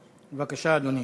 בבקשה, אדוני.